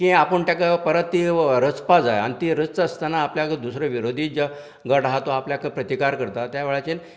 की आपूण तेका परत ती रचपा जाय आनी ती रचता आसतना आपल्याक दुसरो विरोधी जो गट आहा तो आपल्याक प्रतिकार करता त्या वेळाचेर